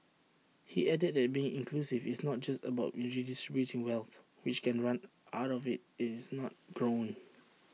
he added that being inclusive is not just about redistributing wealth which can run out if IT is not grown